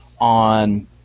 on